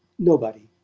nobody.